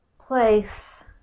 place